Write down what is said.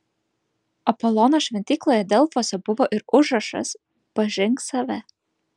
apolono šventykloje delfuose buvo ir užrašas pažink save